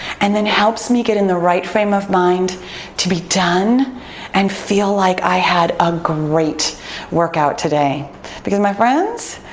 and then helps me get in the right frame of mind to be done and feel like i had a great workout today because, my friends,